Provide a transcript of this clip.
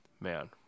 man